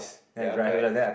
ya correct